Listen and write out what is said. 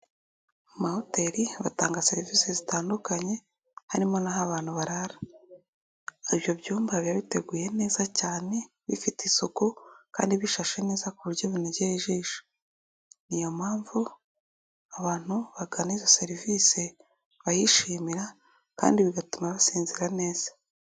Amahoteli batanga serivisi zitandukanye harimo n'aho abantu barara. Ibyo byumba biba biteguye neza cyane bifite isuku kandi bishashe neza ku buryo bunogeye ijisho, niyo mpamvu abantu bagana izo serivise, bayishimira kandi bigatuma basinzira neza.